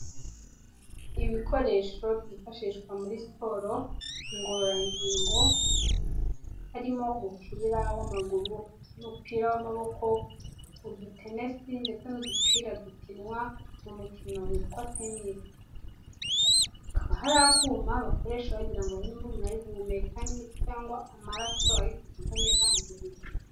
Ibikoresho byifashishwa muri siporo ngororangingo, harimo umupira w'amaguru n'umupira w'amaboko, udutenesi ndetse n'udupira dukinwa mu mukino witwa tenisi, hakaba hari akuma bakoresha bagira ngo nimba umuntu ari guhumeka neza cyangwa amaraso ari kugenda neza mu mubiri.